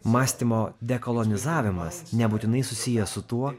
mąstymo dekolonizavimas nebūtinai susijęs su tuo